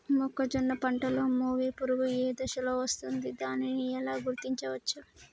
మొక్కజొన్న పంటలో మొగి పురుగు ఏ దశలో వస్తుంది? దానిని ఎలా గుర్తించవచ్చు?